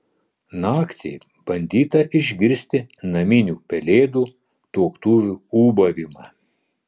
naktį bandyta išgirsti naminių pelėdų tuoktuvių ūbavimą